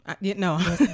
No